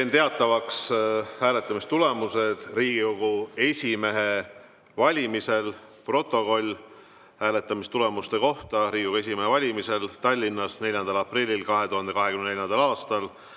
Teen teatavaks hääletamistulemused Riigikogu esimehe valimisel. Protokoll hääletamistulemuste kohta Riigikogu esimehe valimisel Tallinnas, 4. aprillil 2024. aastal.